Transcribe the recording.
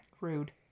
Rude